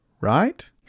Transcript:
right